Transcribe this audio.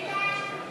רק דע לך שאם